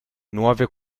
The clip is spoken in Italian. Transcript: nuove